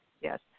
yes